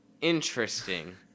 Interesting